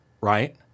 right